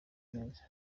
neza